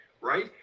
Right